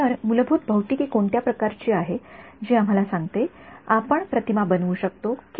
तर मूलभूत भौतिकी कोणत्या प्रकारची आहे जी आम्हाला सांगते आपण प्रतिमा बनवू शकतो की नाही